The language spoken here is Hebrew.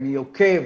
אני עוקב,